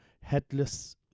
headless